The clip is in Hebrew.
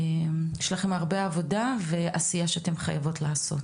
יש לכם הרבה עבודה ועשייה שאתם חייבות לעשות